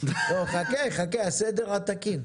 חכה הסדר התקין,